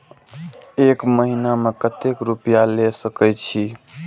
एक महीना में केते रूपया ले सके छिए?